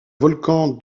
volcan